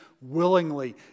willingly